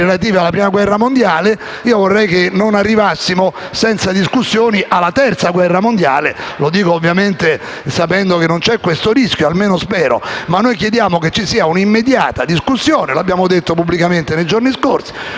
relative alla Prima guerra mondiale. Vorrei che non arrivassimo senza discussione alla Terza guerra mondiale. E lo dico sapendo che non si corre questo rischio o, almeno, lo spero. Noi chiediamo che ci sia un'immediata discussione. Lo abbiamo detto pubblicamente nei giorni scorsi